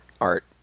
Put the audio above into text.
Art